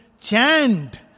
chant